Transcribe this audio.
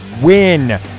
win